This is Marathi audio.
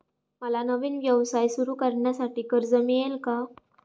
मला नवीन व्यवसाय सुरू करण्यासाठी कर्ज मिळेल का?